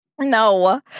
No